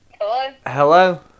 Hello